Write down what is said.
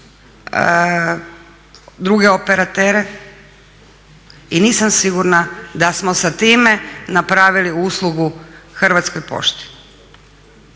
druge operatere i nisam sigurna da smo sa time napravili uslugu Hrvatskoj pošti.